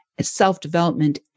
self-development